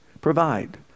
Provide